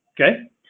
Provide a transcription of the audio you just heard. Okay